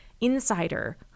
Insider